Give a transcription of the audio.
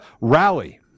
rally